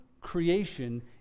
creation